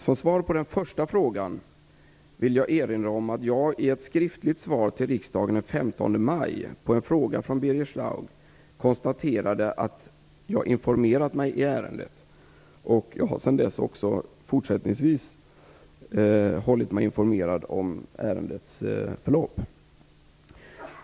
Som svar på den första frågan vill jag erinra om att jag i ett skriftligt svar till riksdagen den 15 maj på en fråga från Birger Schlaug konstaterade att jag informerat mig i ärendet. Jag har sedan dess också fortsättningsvis hållit mig informerad om ärendets förlopp.